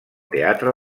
teatre